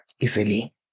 Easily